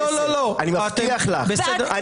אני מבטיח לך שלא תהיי חברת כנסת.